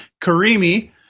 Karimi